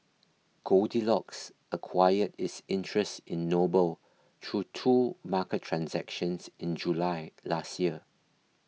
goldilocks acquired its interest in Noble through two market transactions in July last year